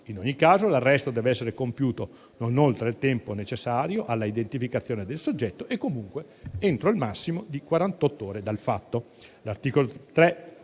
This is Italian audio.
In ogni caso, l'arresto dev'essere compiuto non oltre il tempo necessario all'identificazione del soggetto e comunque entro il massimo di quarantott'ore dal fatto.